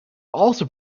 also